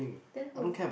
then who